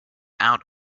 out